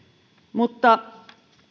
mutta